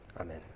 Amen